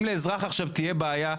אם לאזרח עכשיו תהיה בעיה,